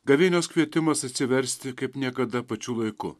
gavėnios kvietimas atsiversti kaip niekada pačiu laiku